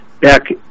back